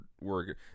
work